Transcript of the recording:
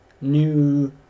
new